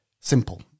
Simple